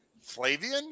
Flavian